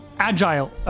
Agile